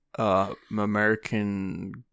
American